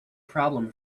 problem